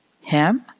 Him